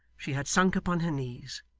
she had sunk upon her knees,